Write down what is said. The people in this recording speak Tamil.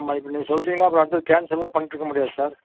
ஆமாம் இப்போ நீ சொல்லிடீங்கன்ன அடுத்தது கேன்சலாம் பண்ணிட்டுருக்க முடியாது சார்